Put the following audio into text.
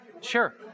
Sure